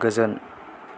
गोजोन